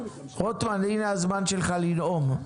רוטמן, הנה הזמן שלך לנאום.